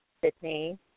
Sydney